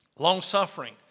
Long-suffering